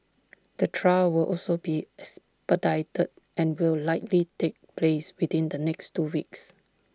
the trial will also be expedited and will likely take place within the next two weeks